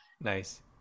nice